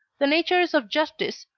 the natures of justice,